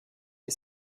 est